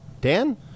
Dan